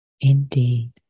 Indeed